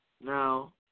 Now